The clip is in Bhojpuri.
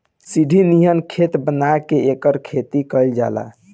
सीढ़ी नियर खेत बना के एकर खेती कइल जाला